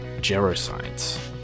geroscience